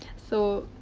so.